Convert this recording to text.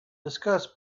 discuss